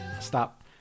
stop